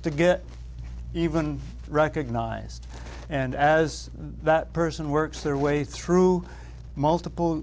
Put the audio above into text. to get even recognized and as that person works their way through multiple